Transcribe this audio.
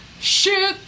Shoot